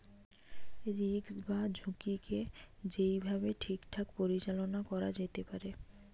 risk বা ঝুঁকিকে যেই ভাবে ঠিকঠাক পরিচালনা করা যেতে পারে